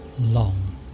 long